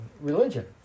religion